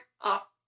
off